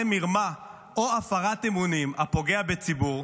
מרמה או הפרת אמונים הפוגע בציבור,